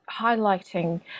highlighting